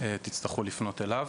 תצטרכו לפנות אליו.